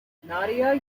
nadia